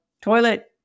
toilet